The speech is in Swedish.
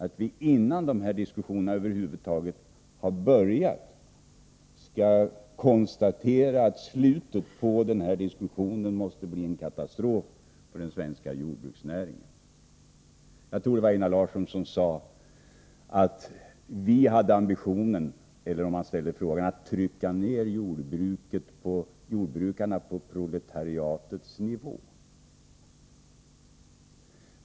Att innan diskussionerna över huvud taget har börjat konstatera att slutet måste bli en katastrof för den svenska jordbruksnäringen är något underligt. Jag tror att det var Einar Larsson som sade — eller om det var en fråga — att vi hade ambitionen att trycka ned jordbrukarna på proletariatets nivå.